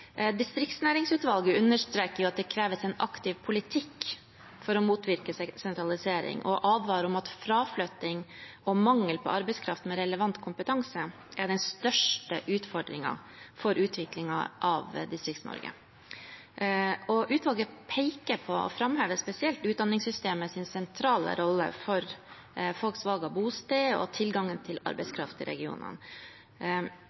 Distriktsnæringsutvalget understreker at det kreves en aktiv politikk for å motvirke sentralisering og advarer om at fraflytting og mangel på arbeidskraft med relevant kompetanse er den største utfordringen for utviklingen av Distrikts-Norge. Utvalget peker også på og framhever spesielt utdanningssystemets sentrale rolle for folks valg av bosted og tilgangen til